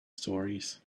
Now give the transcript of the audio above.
stories